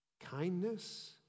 kindness